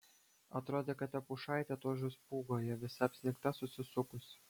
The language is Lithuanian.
atrodė kad ta pušaitė tuoj žus pūgoje visa apsnigta susisukusi